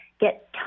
get